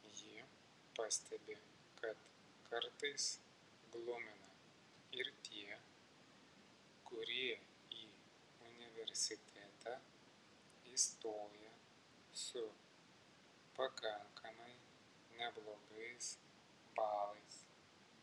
ji pastebi kad kartais glumina ir tie kurie į universitetą įstoja su pakankamai neblogais balais